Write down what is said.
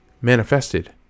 manifested